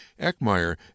Eckmeyer